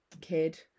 kid